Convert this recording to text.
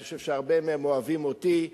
אני חושב שהרבה מהם אוהבים אותי.